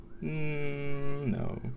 No